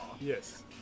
Yes